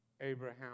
Abraham